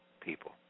people